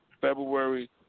February